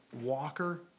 Walker